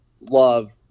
love